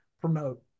promote